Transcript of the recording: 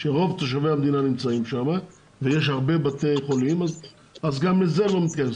שרוב תושבי המדינה נמצאים שם ויש הרבה בתי חולים אז גם זה לא מתקיים.